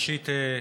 ראשית,